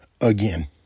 again